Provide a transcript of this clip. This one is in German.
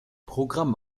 programm